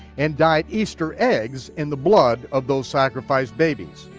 and dyed easter eggs in the blood of those sacrificed babies.